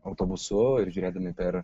autobusu ir žiūrėdami per